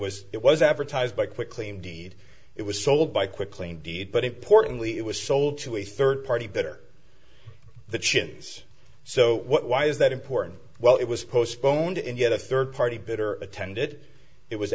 was it was advertised by quickly indeed it was sold by quickly indeed but importantly it was sold to a third party better the chimneys so why is that important well it was postponed and yet a third party bitter attended it was